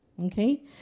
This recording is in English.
Okay